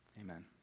Amen